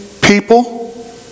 people